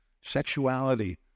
Sexuality